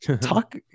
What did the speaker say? Talk